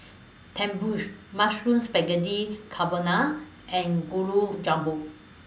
Tenmusu Mushroom Spaghetti Carbonara and Gulab Jamun